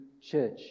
church